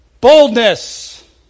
Boldness